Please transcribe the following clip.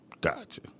Gotcha